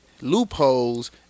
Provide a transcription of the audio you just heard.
loopholes